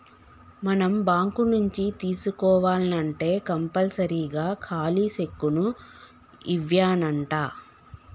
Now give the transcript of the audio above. మనం బాంకు నుంచి తీసుకోవాల్నంటే కంపల్సరీగా ఖాలీ సెక్కును ఇవ్యానంటా